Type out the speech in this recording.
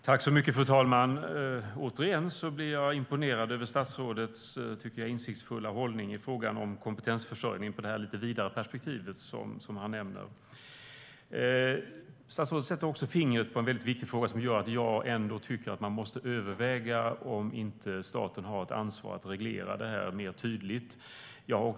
Fru talman! Återigen blir jag imponerad över statsrådets insiktsfulla hållning i frågan om kompetensförsörjning i det vidare perspektivet. Statsrådet sätter också fingret på en viktig fråga som gör att jag tycker att man måste överväga om inte staten har ett ansvar för att reglera detta mer tydligt.